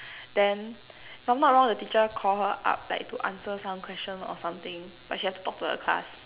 then if I'm not wrong the teacher Call her up like to answer some question or something but she had to talk to the class